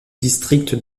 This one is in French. district